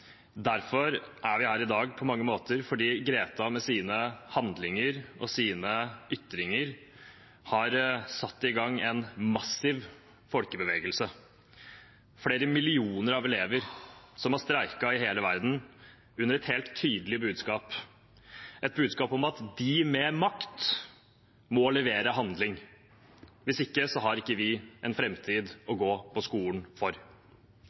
Derfor er vi her i dag, på mange måter, fordi Greta med sine handlinger og sine ytringer har satt i gang en massiv folkebevegelse, flere millioner elever har streiket i hele verden, under et helt tydelig budskap – et budskap om at de med makt må levere handling. Hvis ikke har vi ikke en framtid å gå på skolen for.